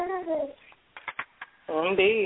Indeed